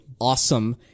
awesome